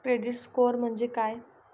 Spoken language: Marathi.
क्रेडिट स्कोअर म्हणजे काय?